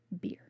Beer